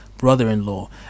brother-in-law